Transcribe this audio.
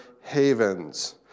Havens